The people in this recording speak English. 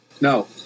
no